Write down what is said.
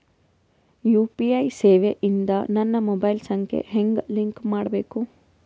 UPI ಸೇವೆ ಇಂದ ನನ್ನ ಮೊಬೈಲ್ ಸಂಖ್ಯೆ ಹೆಂಗ್ ಲಿಂಕ್ ಮಾಡಬೇಕು?